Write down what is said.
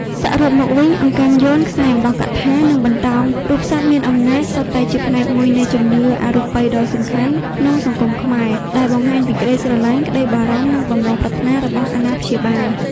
សរុបមកវិញ អង្កាំយ័ន្ត ខ្សែអំបោះកថា និងបន្តោងរូបសត្វមានអំណាច សុទ្ធតែជាផ្នែកមួយនៃជំនឿអរូបីដ៏សំខាន់ក្នុងសង្គមខ្មែរ ដែលបង្ហាញពីក្ដីស្រឡាញ់ ក្ដីបារម្ភ និងបំណងប្រាថ្នារបស់អាណាព្យាបាល។